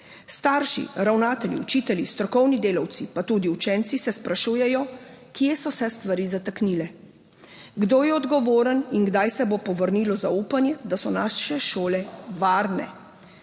Starši, ravnatelji, učitelji, strokovni delavci pa tudi učenci se sprašujejo, kje so se stvari zataknile. Kdo je odgovoren in kdaj se bo povrnilo zaupanje, da so naše šole varne?